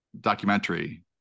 documentary